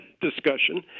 discussion